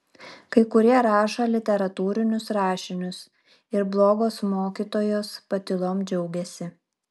kai kurie rašo literatūrinius rašinius ir blogos mokytojos patylom džiaugiasi